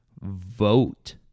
vote